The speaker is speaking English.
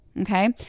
Okay